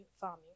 farming